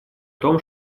том